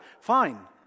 Fine